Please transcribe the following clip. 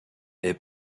est